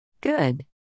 Good